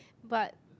but